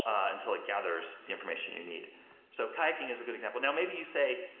until it gathers the information you need so kayaking is a good example. now maybe you say,